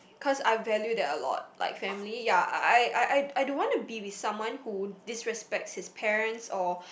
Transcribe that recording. cause I value that a lot like family ya I I I I I don't want to be with someone who disrespects his parents or